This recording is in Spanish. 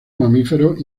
mamíferos